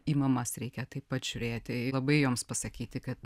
į mamas reikia taip pat žiūrėti labai joms pasakyti kad